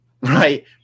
Right